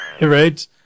right